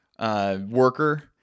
worker